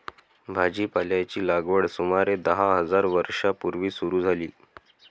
भाजीपाल्याची लागवड सुमारे दहा हजार वर्षां पूर्वी सुरू झाली